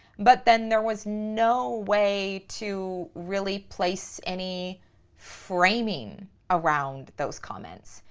but then there was no way to really place any framing around those comments.